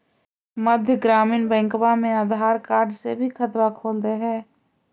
मध्य ग्रामीण बैंकवा मे आधार कार्ड से भी खतवा खोल दे है?